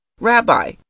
Rabbi